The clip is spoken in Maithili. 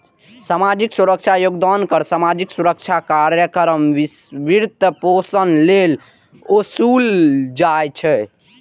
सामाजिक सुरक्षा योगदान कर सामाजिक सुरक्षा कार्यक्रमक वित्तपोषण लेल ओसूलल जाइ छै